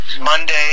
Monday